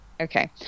Okay